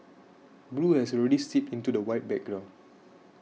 blue has already seeped into the white background